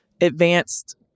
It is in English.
advanced